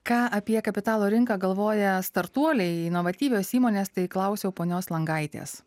ką apie kapitalo rinką galvoja startuoliai inovatyvios įmonės tai klausiau ponios langaitės